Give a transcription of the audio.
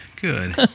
good